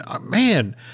man